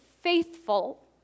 faithful